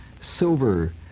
silver